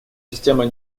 система